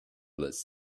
less